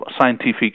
scientific